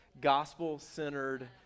gospel-centered